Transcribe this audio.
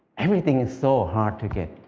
everything is so hard to get.